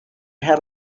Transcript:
had